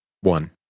One